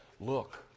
look